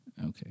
Okay